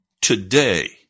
today